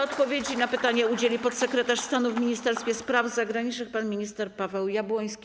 Odpowiedzi na pytanie udzieli podsekretarz stanu w Ministerstwie Spraw Zagranicznych pan minister Paweł Jabłoński.